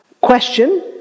question